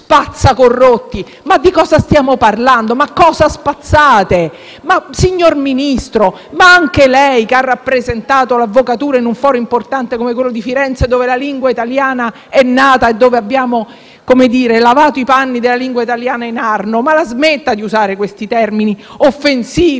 Ma di cosa stiamo parlando? Ma cosa spazzate? Signor Ministro, lei, che ha rappresentato l'avvocatura in un foro importante come quello di Firenze, dove la lingua italiana è nata e dove ne abbiamo «lavato i panni in Arno» la smetta di usare questi termini offensivi